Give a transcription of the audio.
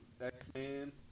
X-Man